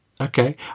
Okay